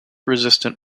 resistant